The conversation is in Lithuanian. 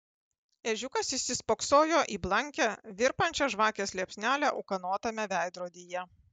ežiukas įsispoksojo į blankią virpančią žvakės liepsnelę ūkanotame veidrodyje